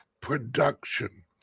production